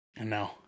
No